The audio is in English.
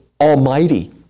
almighty